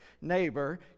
neighbor